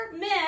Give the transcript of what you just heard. men